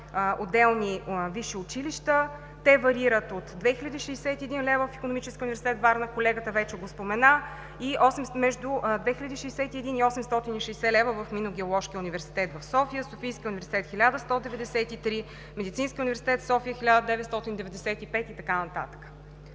отделни висши училища. Те варират от 2061 лв. в Икономическия университет – Варна, колегата вече го спомена, между 2061 лв. и 860 лв. в Минно-геоложкия университет в София, в Софийския университет – 1193 лв., в Медицинския университет в София – 1995 лв., и така нататък.